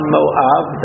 Moab